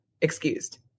excused